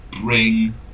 bring